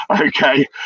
Okay